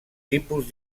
tipus